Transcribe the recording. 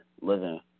Living